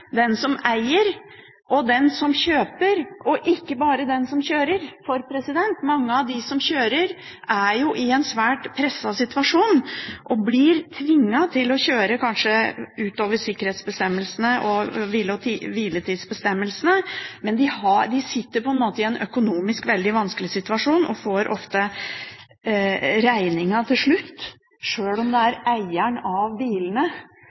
den som eier og den som kjøper, ikke bare den som kjører, for mange av dem som kjører, er i en svært presset situasjon og blir kanskje tvunget til å kjøre utover sikkerhetsbestemmelsene og hviletidsbestemmelsene. Men de sitter på en måte i en økonomisk veldig vanskelig situasjon og får ofte regningen til slutt. Selv om det er eierne av bilene